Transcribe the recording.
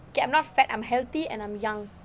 okay I am not fat I am healthy and I'm young